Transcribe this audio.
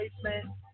placement